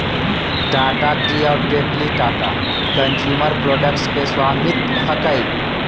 Tata tea और Tetley Tata consumer products के स्वामित्व हकय